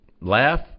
Laugh